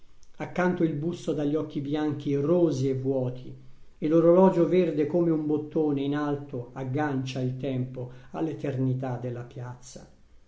accanto il busto dagli occhi bianchi rosi e vuoti e l'orologio verde come un bottone in alto aggancia il tempo all'eternità della piazza